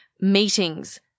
meetings